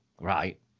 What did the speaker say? right